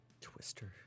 Twister